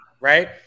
right